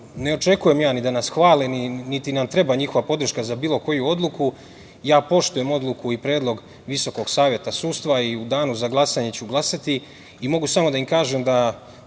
ne očekujem ja da nas hvale niti nam treba njihova podrška za bilo koju odluku. Poštujem odluku i predlog Visokog saveta sudstva i u danu za glasanje ću glasati. Mogu samo da im kažem da